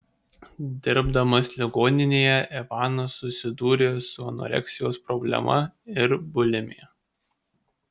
dirbdamas ligoninėje ivanas susidūrė su anoreksijos problema ir bulimija